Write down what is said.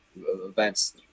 events